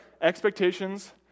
expectations